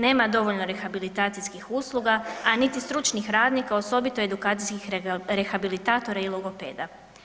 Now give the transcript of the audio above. Nema dovoljno rehabilitacijskih usluga a niti stručnih radnji kao osobito edukacijskih rehabilitatora i logopeda.